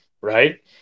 Right